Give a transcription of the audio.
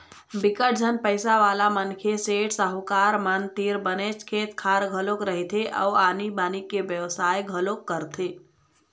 बिकट झन पइसावाला मनखे, सेठ, साहूकार मन तीर बनेच खेत खार घलोक रहिथे अउ आनी बाकी के बेवसाय घलोक करथे